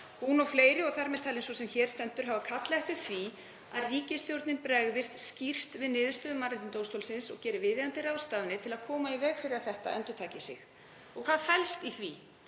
Hún og fleiri, þar með talin sú sem hér stendur, hafa kallað eftir því að ríkisstjórnin bregðist skýrt við niðurstöðu Mannréttindadómstólsins og geri viðeigandi ráðstafanir til að koma í veg fyrir að þetta endurtaki sig. Hvað felst í því?